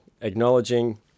acknowledging